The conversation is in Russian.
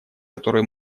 которую